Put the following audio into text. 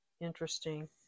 interesting